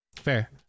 Fair